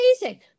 amazing